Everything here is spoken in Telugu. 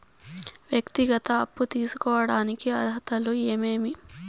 వ్యక్తిగత అప్పు తీసుకోడానికి అర్హతలు ఏమేమి